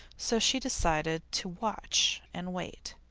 so she decided to watch and wait.